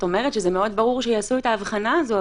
את אומרת שמאוד ברור שיעשו את ההבחנה הזאת,